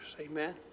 Amen